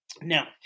Now